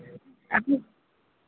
अभी